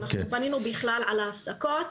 אנחנו פנינו בכלל על ההפסקות.